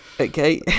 Okay